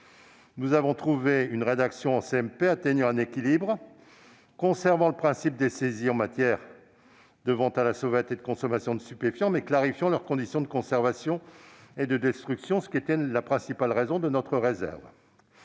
Nous avons trouvé en CMP une rédaction atteignant un équilibre, conservant le principe des saisies en matière de vente à la sauvette et de consommation de stupéfiants, mais clarifiant leurs conditions de conservation et de destruction, principales raisons de notre réserve.